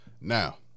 Now